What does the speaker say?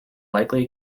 likely